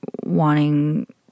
wanting